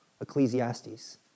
Ecclesiastes